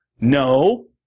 No